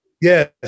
yes